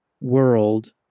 world